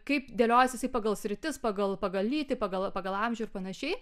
kaip dėliojasi jisai pagal sritis pagal pagal lytį pagal pagal amžių ir panašiai